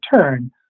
turn